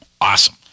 awesome